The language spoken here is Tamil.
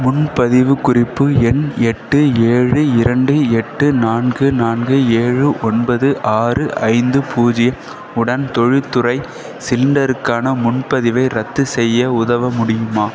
முன்பதிவு குறிப்பு எண் எட்டு ஏழு இரண்டு எட்டு நான்கு நான்கு ஏழு ஒன்பது ஆறு ஐந்து பூஜ்ஜியம் உடன் தொழில்துறை சிலிண்டருக்கான முன்பதிவை ரத்து செய்ய உதவ முடியுமா